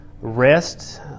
rest